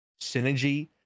synergy